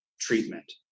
treatment